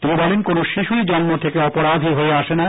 তিনি বলেন কোন শিশুই জন্ম থেকে অপরাধী হয়ে আসে না